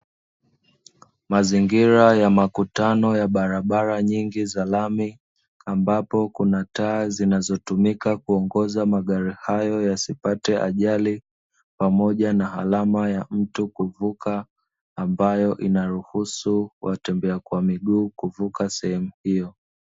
Mazingira ya makutano ya barabara nyingi za rami, ambapo kuna taa zinazotumika kuongoza magari hayo yasipate ajali pamoja na alama ya mtu kuvuka ambayo inaruhusu watembea kwa miguu kuvuka sehemu hiyo.